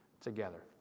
Together